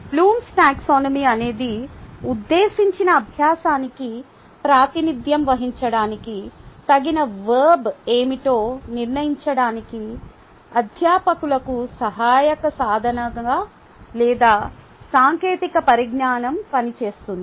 Bloom's taxonomy Taxonomy అనేది ఉద్దేశించిన అభ్యాసానికి ప్రాతినిధ్యం వహించడానికి తగిన వర్బ్ ఏమిటో నిర్ణయించడానికి అధ్యాపకులకు సహాయక సాధనంగా లేదా సాంకేతిక పరిజ్ఞానంగా పనిచేస్తుంది